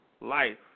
life